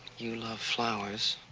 you love flowers.